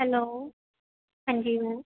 hello ਹਾਂਜੀ ma'am